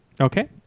Okay